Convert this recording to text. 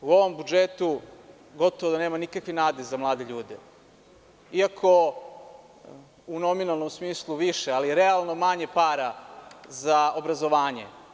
U ovom budžetu gotovo da nema nikakve nade za mlade ljude, iako u nominalnom smislu više, ali realno manje je para za obrazovanje.